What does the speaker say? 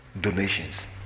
donations